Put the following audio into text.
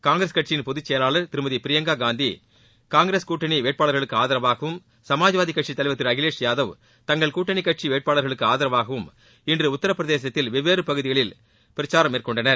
காங்கிரஸ் கட்சியின் பொதுச் செயலாளர் திருமதி பிரியங்காகாந்தி காங்கிரஸ் கூட்டணி வேட்பாளர்களுக்கு ஆதரவாகவும் சமாஜ்வாதி கட்சி தலைவர் திரு அகிலேஷ் யாதவ் தங்கள் கூட்டணி கட்சி வேட்பாளர்களுக்கு ஆதரவாகவும் இன்று உத்தரப்பிரதேசத்தில் வெவ்வேறு பகுதியில் பிரச்சாரம் மேற்கொண்டனர்